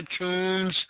iTunes